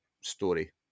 story